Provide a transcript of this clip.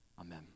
Amen